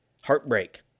Heartbreak